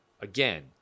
Again